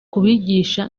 kubigisha